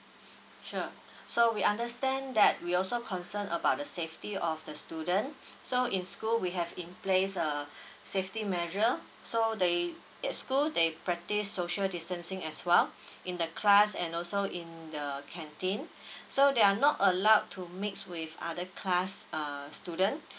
sure so we understand that we also concern about the safety of the student so in school we have in place uh safety measure so they at school they practice social distancing as well in the class and also in the canteen so they are not allowed to mix with other class uh student